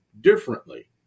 differently